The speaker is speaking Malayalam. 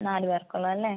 നാല് പേർക്കുള്ളതല്ലേ